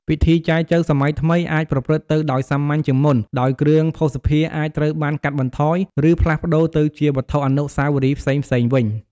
ពិធីចែចូវសម័យថ្មីអាចប្រព្រឹត្តទៅដោយសាមញ្ញជាងមុន ដោយ គ្រឿងភស្តុភារអាចត្រូវបានកាត់បន្ថយ ឬផ្លាស់ប្ដូរទៅជាវត្ថុអនុស្សាវរីយ៍ផ្សេងៗវិញ។